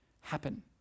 happen